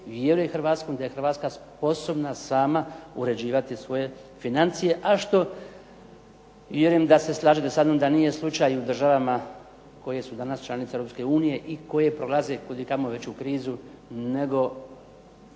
vjeruje Hrvatskoj, da je Hrvatska sposobna sama uređivati svoje financije, a što vjerujem da se slažete sa mnom da nije slučaj u državama koje su danas članice Europske unije i koje prolaze kud i kamo veću krizu nego